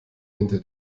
hinter